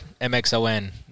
MXON